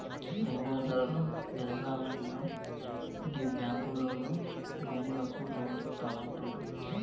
భూముల ధరలు పెరుగాల్ననా గీ బాంకులోల్లు భూములకు లోన్లిత్తమంటుండ్రు